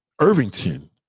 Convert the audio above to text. Irvington